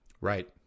right